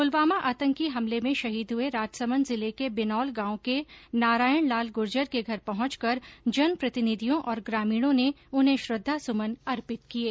पुलवामा आतंकी हमले में शहीद हये राजसमन्द जिले के बिनौल गांव के नारायण लाल गुर्जर के घर पहुंच कर जनप्रतिनिधियों और ग्रामीणों ने उन्हें श्रद्वासुमन अर्पित किये